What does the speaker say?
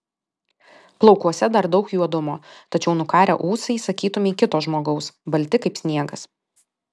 plaukuose dar daug juodumo tačiau nukarę ūsai sakytumei kito žmogaus balti kaip sniegas